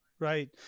Right